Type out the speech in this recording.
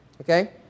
Okay